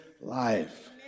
life